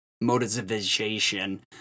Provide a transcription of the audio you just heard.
motivation